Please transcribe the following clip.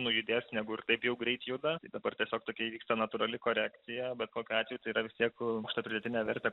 nuaidės negu taip jau greit juda dabar tiesiog tokia įvyksta natūrali korekcija bet kokiu atveju yra tiek aukštą pridėtinę vertę